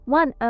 one